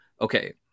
okay